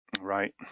Right